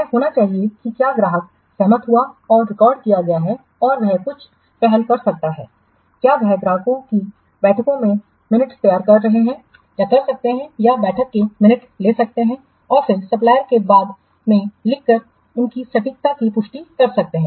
यह होना चाहिए कि क्या ग्राहक सहमत हुआ और रिकॉर्ड किया गया और वह कुछ पहल कर सकता है क्या वह ग्राहकों की बैठकों के मिनट तैयार कर सकते हैं या बैठकों के मिनट ले सकते हैं और फिर सप्लायर्स को बाद में लिखकर उनकी सटीकता की पुष्टि कर सकते हैं